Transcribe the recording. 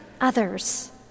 others